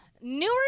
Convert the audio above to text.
newer